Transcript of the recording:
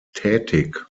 tätig